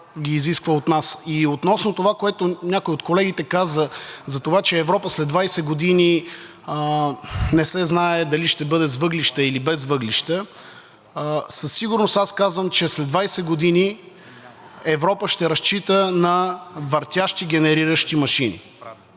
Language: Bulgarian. И относно това, което някой от колегите каза – че Европа след 20 години не се знае дали ще бъде с въглища, или без въглища, със сигурност аз казвам, че след 20 години Европа ще разчита на въртящи генериращи машини